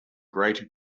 greater